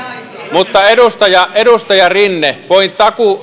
mutta edustaja edustaja rinne voin